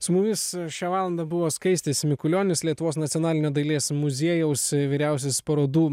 su mumis šią valandą buvo skaistis mikulionis lietuvos nacionalinio dailės muziejaus vyriausiasis parodų